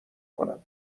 کنم